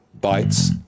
bites